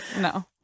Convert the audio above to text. no